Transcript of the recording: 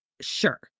sure